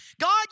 God